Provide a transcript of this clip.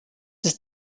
ist